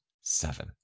seven